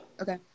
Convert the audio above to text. Okay